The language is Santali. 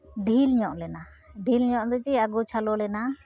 ᱰᱷᱤᱞ ᱧᱚᱜ ᱞᱮᱱᱟ ᱰᱷᱤᱞ ᱧᱚᱜ ᱫᱚ ᱪᱮᱫ ᱚᱜᱳᱪᱷᱟᱞᱳ ᱞᱮᱱᱟ